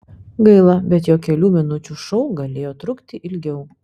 gaila bet jo kelių minučių šou galėjo trukti ilgiau